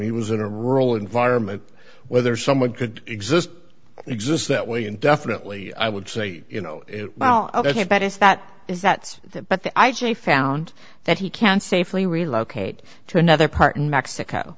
he was in a rural environment whether someone could exist exists that way and definitely i would say you know it well ok but is that is that's that but the i j found that he can safely relocate to another part in mexico